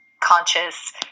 conscious